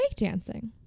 breakdancing